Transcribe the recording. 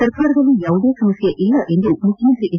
ಸರ್ಕಾರದಲ್ಲಿ ಯಾವುದೇ ಸಮಸ್ಕೆ ಇಲ್ಲ ಎಂದು ಮುಖ್ಯಮಂತ್ರಿ ಎಚ್